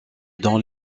dans